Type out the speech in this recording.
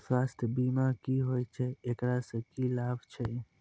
स्वास्थ्य बीमा की होय छै, एकरा से की लाभ छै?